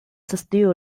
still